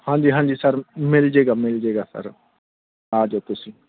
ਹਾਂਜੀ ਹਾਂਜੀ ਸਰ ਮਿਲ ਜਾਵੇਗਾ ਮਿਲ ਜਾਵੇਗਾ ਸਰ ਆ ਜਾਉ ਤੁਸੀਂ